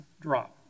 drop